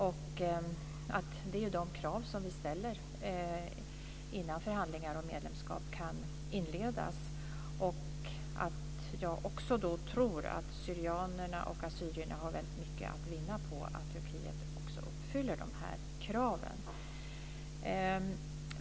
Det är de krav som vi ställer innan förhandlingar om medlemskap kan inledas. Jag tror också att syrianerna och assyrierna har väldigt mycket att vinna på att Turkiet uppfyller dessa krav.